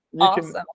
awesome